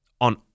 on